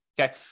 Okay